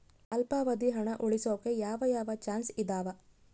ಅಲ್ಪಾವಧಿ ಹಣ ಉಳಿಸೋಕೆ ಯಾವ ಯಾವ ಚಾಯ್ಸ್ ಇದಾವ?